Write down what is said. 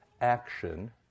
action